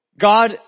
God